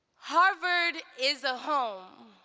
harvard is a home,